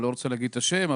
אני לא רוצה להגיד את השם,